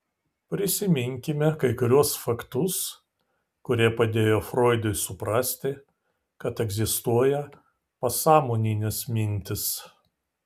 prisiminkime kai kuriuos faktus kurie padėjo froidui suprasti kad egzistuoja pasąmoninės mintys